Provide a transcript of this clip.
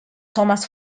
thomas